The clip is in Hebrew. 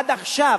עד עכשיו,